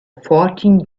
fourteen